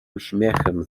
uśmiechem